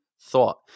thought